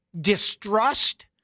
distrust